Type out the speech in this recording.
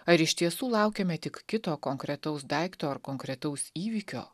ar iš tiesų laukiame tik kito konkretaus daikto ar konkretaus įvykio